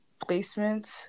placements